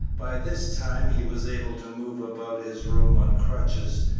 by this time he was able to move about his room on crutches,